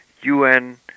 UN